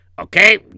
Okay